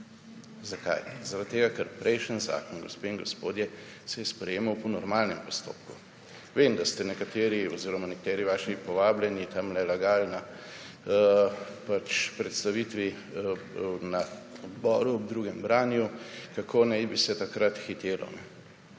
Zaradi tega, ker prejšnji zakon, gospe in gospodje, se je sprejemal po normalnem postopku. Vem, da ste nekateri oziroma nekateri vaši povabljeni tam lagali pri predstavitvi na odboru ob drugem branju, kako naj bi se takrat hitelo.